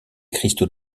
cristaux